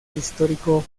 histórico